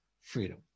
freedom